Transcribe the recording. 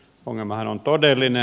ongelmahan on todellinen